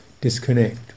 disconnect